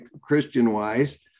Christian-wise